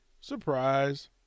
Surprise